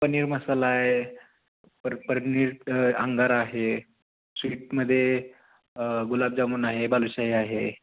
पनीर मसाला आहे परत पनीर अंगारा आहे स्वीटमध्ये गुलाबजामुन आहे बालुशाही आहे